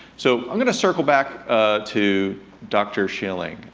so, i'm gonna circle back to dr. schilling,